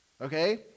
Okay